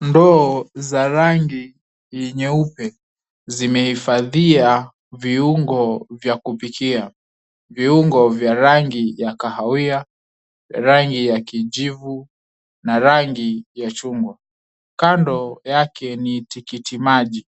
Ndoo za rangi nyeupe zimehifadhia viungo vya kupikia. Viungo vya rangi ya kahawia , rangi ya kijivu na rangi ya chungwa. Kando yake ni tikitiki maji